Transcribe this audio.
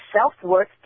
self-worth